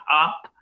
up